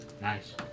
Nice